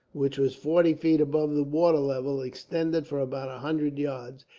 which was forty feet above the water level, extended for about a hundred yards,